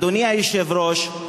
אדוני היושב-ראש,